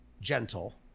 gentle